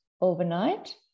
overnight